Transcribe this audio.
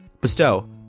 bestow